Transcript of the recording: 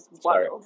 Sorry